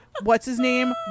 what's-his-name